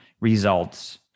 results